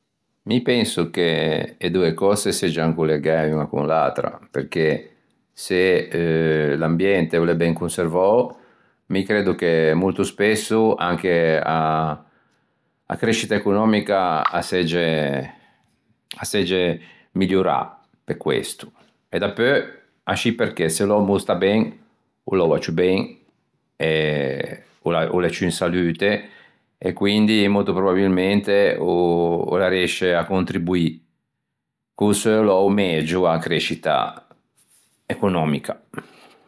Mi penso che e doe cöse seggian collegæ uña con l'atra perché se euh l'ambiente o l'é ben conservou mi creddo che molto spesso anche a a crescita econòmica a segge a segge miliorâ pe questo e dapeu ascì perché se l'òmmo o stà ben, o loua ciù ben, e o l'à o l'é ciù in salute e quindi molto probabilmente o l'arreisce à contribuî co-o seu lou megio a-a crescita econòmica.